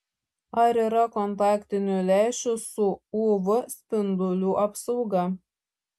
ar yra kontaktinių lęšių su uv spindulių apsauga